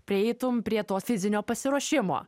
prieitum prie to fizinio pasiruošimo